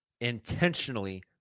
intentionally